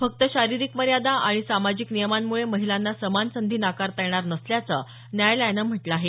फक्त शारीरिक मर्यादा आणि सामाजिक नियमांमुळे महिलांना समान संधी नाकारता येणार नसल्याचं न्यायालयानं म्हटलं आहे